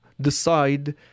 decide